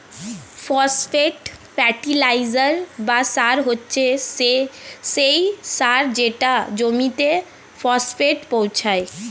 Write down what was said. phosphate fertiliser বা সার হচ্ছে সেই সার যেটা জমিতে ফসফেট পৌঁছায়